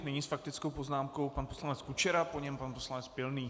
Nyní s faktickou poznámkou pan poslanec Kučera, po něm pan poslanec Pilný.